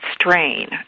strain